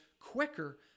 quicker